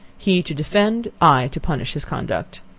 he to defend, i to punish his conduct.